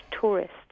tourists